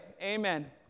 Amen